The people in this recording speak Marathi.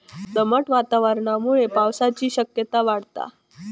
दमट वातावरणामुळे पावसाची शक्यता वाढता